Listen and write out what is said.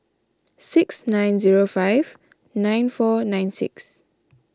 six nine zero five nine four nine six